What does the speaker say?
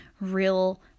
real